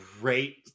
great